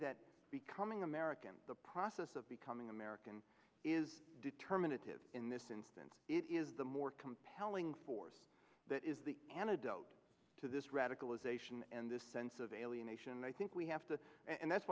that becoming american the process of becoming american is determinative in this instance it is the more compelling force that is the antidote to this radicalization and this sense of alienation and i think we have to and that's